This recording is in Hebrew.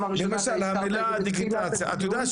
הראשונה כי הזכרת את זה בתחילת הדיון.